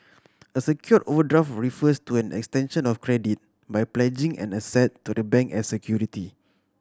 a secured overdraft refers to an extension of credit by pledging an asset to the bank as security